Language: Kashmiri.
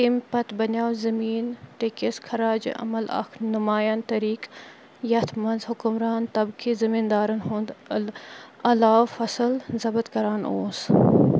اَمہِ پتہٕ بنیو زٔمیٖن ٹٮ۪كِس خراج عمل اَكھ نُمایاں طریٖق یَتھ منٛز حُکمران طبقہِ زٔمیٖندارَن ہُنٛد اَل علاوٕ فصٕل ضبٕط کران اوس